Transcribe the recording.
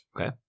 Okay